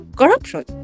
corruption